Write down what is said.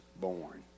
born